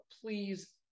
please